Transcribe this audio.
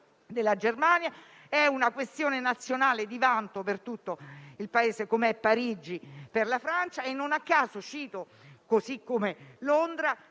Grazie,